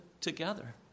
together